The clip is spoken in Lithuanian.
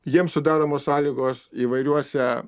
jiems sudaromos sąlygos įvairiuose